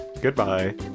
Goodbye